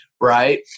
right